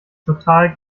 total